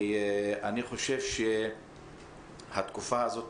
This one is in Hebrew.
אני חושב שהתקופה הזאת,